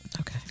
okay